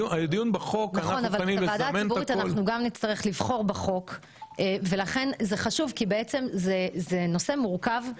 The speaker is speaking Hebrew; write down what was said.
זה חשוב כי בעצם זה נושא מורכב.